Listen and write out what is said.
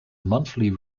monthly